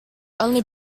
only